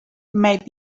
maybe